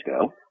go